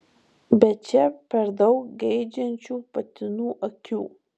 bet čia per daug geidžiančių patinų akių